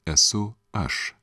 esu aš